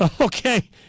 Okay